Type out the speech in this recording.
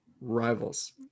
rivals